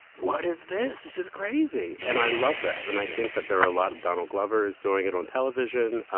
what is this? this is crazy. and i love that. and i think that there are a lot of donald glovers doing it on television.